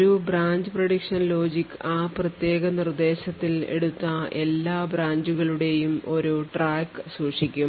ഒരു branch prediction logic ആ പ്രത്യേക നിർദ്ദേശത്തിൽ എടുത്ത എല്ലാ branch കളുടെയും ഒരു track സൂക്ഷിക്കും